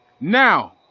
Now